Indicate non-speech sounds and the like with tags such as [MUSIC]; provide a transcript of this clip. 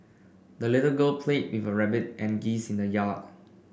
the little girl played with [UNINTELLIGIBLE] rabbit and geese in the yard